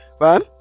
right